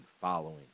following